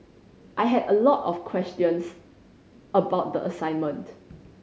I had a lot of questions about the assignment